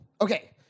Okay